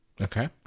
Okay